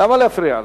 למה להפריע לה?